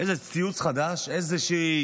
איזה ציוץ חדש, איזושהי